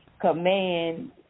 command